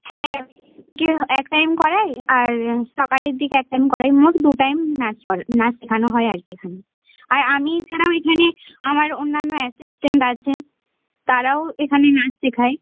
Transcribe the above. হ্যাঁ কী এক টাইম করাই আর সকালের দিকে এক টাইম করাই মোট দু টাইম নাচ করা নাচ শেখানো হয় আর কি এখানে আর আমি ছাড়াও এখানে আমার অন্যান্য অ্যাসিস্টেন্ট আছে তারাও এখানে নাচ শেখায়